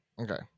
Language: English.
Okay